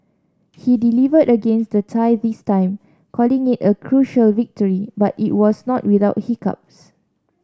he delivered against the Thai this time calling it a crucial victory but it was not without hiccups